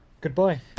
Goodbye